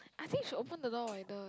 I think should open the door like the